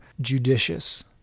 judicious